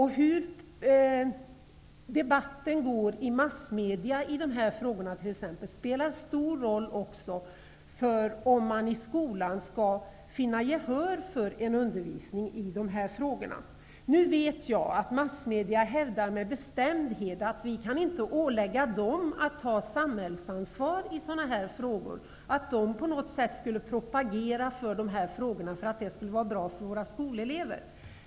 Hur debatten förs i massmedia i t.ex. dessa frågor, spelar stor roll också för om man i skolan skall finna gehör för en undervisning i dessa frågor. Nu vet jag att man från massmedias sida med bestämdhet hävdar att man inte kan åläggas att ta samhällsansvar i sådana frågor och att man på något sätt skulle propagera för dessa frågor på grund av att det skulle vara bra för våra skolelever.